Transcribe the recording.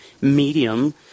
medium